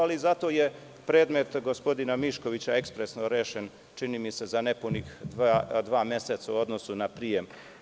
Ali, zato je predmet gospodina Miškovića ekspresno rešen, čini mi se, za nepunih dva meseca u odnosu na prijem.